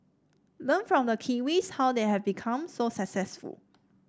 learn from the Kiwis how they have become so successful